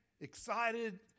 excited